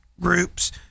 groups